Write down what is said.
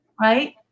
Right